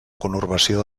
conurbació